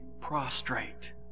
prostrate